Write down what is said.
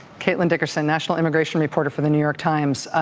caitlin dickerson, national immigration reporter for the new york times.